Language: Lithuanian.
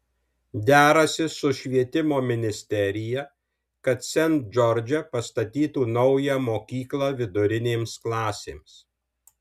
derasi su švietimo ministerija kad sent džordže pastatytų naują mokyklą vidurinėms klasėms